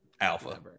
Alpha